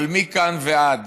אבל מכאן ועד